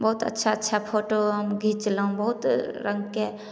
बहुत अच्छा अच्छा फोटो हम घिचेलहुॅं बहुत रंगके